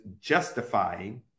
justifying